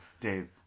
Dave